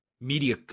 media